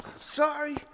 sorry